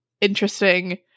interesting